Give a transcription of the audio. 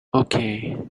okay